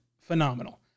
phenomenal